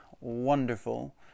wonderful